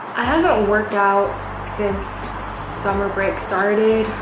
i haven't worked out since summer break started.